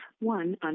one